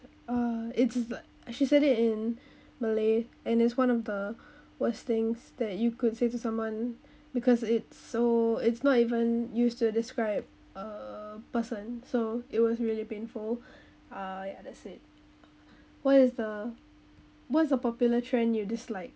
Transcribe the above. uh it's like I she said it in malay and is one of the worst things that you could say to someone because it's so it's not even used to describe a person so it was really painful uh yeah that's it what is the what is a popular trend you dislike